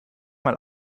mal